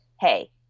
hey